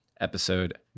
episode